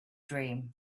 dream